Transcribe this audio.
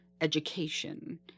education